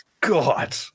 God